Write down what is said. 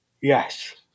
Yes